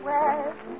West